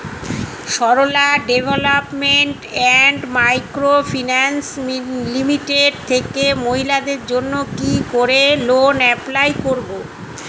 Sarala development and micro finance limited থেকে মহিলাদের জন্য কি করে লোন এপ্লাই করব?